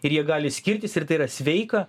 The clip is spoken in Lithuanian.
ir jie gali skirtis ir tai yra sveika